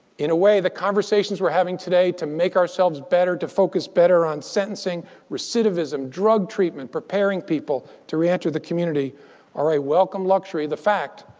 in a way, the conversations we're having today, to make ourselves better, to focus better on sentencing recidivism, drug treatment, preparing people to re-enter the community are a welcome luxury. the fact